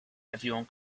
everyone